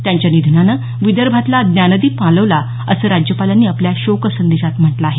त्यांच्या निधनान विदभोतला ज्ञानदीप मालवला असं राज्यपालांनी आपल्या शोकसंदेशात म्हटल आहे